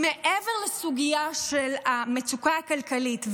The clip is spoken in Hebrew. מעבר לסוגיה של המצוקה הכלכלית,